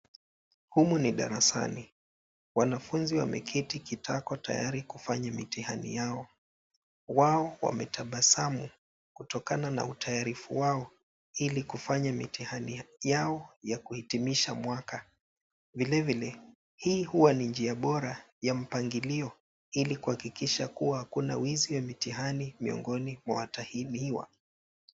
Humu ni darasni. Wanafunzi wameketi kitako tayari kufanya mitihani yao. Wao wametabasamu kutokana na utayarifu wao ili kufanya mitihani yao ya kuhitimisha mwaka. Vilevile hii huwa ni njia bora ya mpangilio ili kuhakikisha kuwa hakuna wizi wa mitihani miongoni mwa watahiniwa.